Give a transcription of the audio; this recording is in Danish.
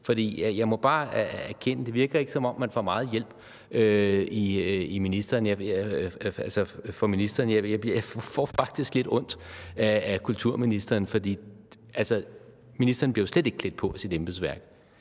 for jeg må bare erkende, at det ikke virker, som om ministeren får meget hjælp; jeg får faktisk lidt ondt af kulturministeren, for ministeren bliver jo slet ikke klædt på af sit embedsværk.